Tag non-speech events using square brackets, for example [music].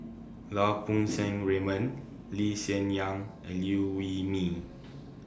Lau Poo Seng [noise] Raymond Lee Hsien Yang and Liew Wee Mee [noise]